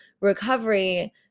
recovery